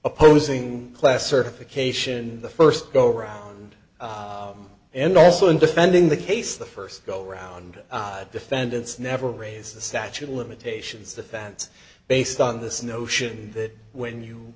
opposing class certification the first go around and also in defending the case the first go round of defendants never raise the statute of limitations defense based on this notion that when you